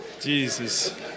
Jesus